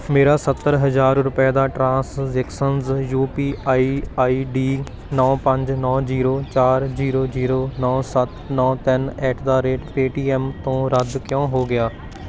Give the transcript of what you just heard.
ਮੇਰਾ ਸੱਤਰ ਹਜ਼ਾਰ ਰੁਪਏ ਦਾ transactions U P I I D ਨੌਂ ਪੰਜ ਨੌਂ ਜ਼ੀਰੋ ਚਾਰ ਜ਼ੀਰੋ ਜ਼ੀਰੋ ਨੌਂ ਸੱਤ ਨੌਂ ਤਿੰਨ ਐਟ ਦਾ ਰੇਟ ਪੇਅ ਟੀ ਐੱਮ ਤੋਂ ਰੱਦ ਕਿਉਂ ਹੋ ਗਿਆ